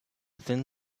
thin